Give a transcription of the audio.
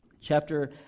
chapter